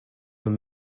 were